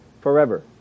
forever